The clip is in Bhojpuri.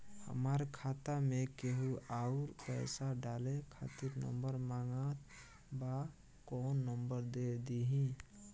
हमार खाता मे केहु आउर पैसा डाले खातिर नंबर मांगत् बा कौन नंबर दे दिही?